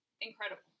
incredible